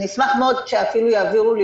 אני אשמח מאוד שאפילו יעבירו לי,